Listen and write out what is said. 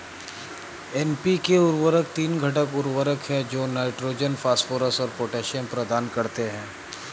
NPK उर्वरक तीन घटक उर्वरक हैं जो नाइट्रोजन, फास्फोरस और पोटेशियम प्रदान करते हैं